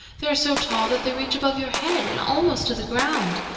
they are so tall that they reach above your head and almost to the ground,